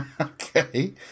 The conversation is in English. Okay